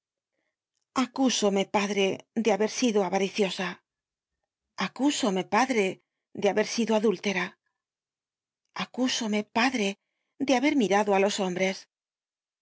at acusome padre de haber sido avariciosa acusome padre de haber sido adúltera acusome padre de haber mirado á los hombres